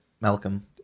Malcolm